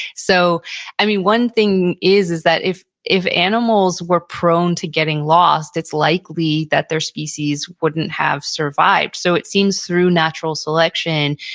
so i mean, one thing is is that if if animals were prone to getting lost, it's likely that their species wouldn't have survived. so it seems through natural selection,